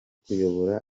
kuyobora